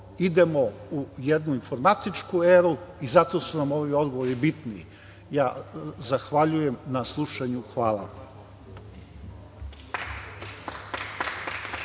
idemo u jednu informatičku eru i zato su nam ovi odgovori bitni. Zahvaljujem na slušanju. Hvala